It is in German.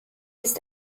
ist